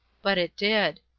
but it did.